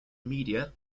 media